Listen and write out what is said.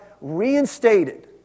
reinstated